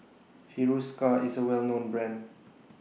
Hiruscar IS A Well known Brand